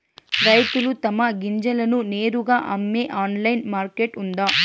రైతులు తమ గింజలను నేరుగా అమ్మే ఆన్లైన్ మార్కెట్ ఉందా?